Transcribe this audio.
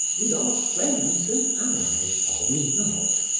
we are friends and allies, are we not?